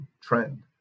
trend